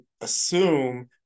assume